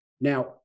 Now